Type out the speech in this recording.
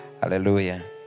Hallelujah